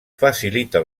facilita